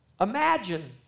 Imagine